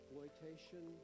Exploitation